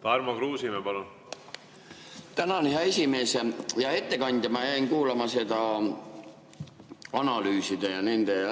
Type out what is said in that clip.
Tarmo Kruusimäe, palun! Tänan, hea esimees! Hea ettekandja! Ma jäin kuulama seda analüüside